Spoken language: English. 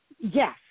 Yes